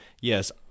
Yes